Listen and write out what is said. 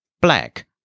black